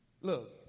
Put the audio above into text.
look